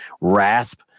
rasp